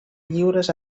lliures